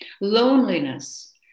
loneliness